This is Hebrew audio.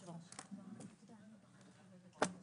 תודה רבה.